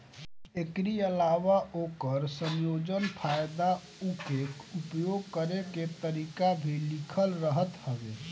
एकरी अलावा ओकर संयोजन, फायदा उके उपयोग करे के तरीका भी लिखल रहत हवे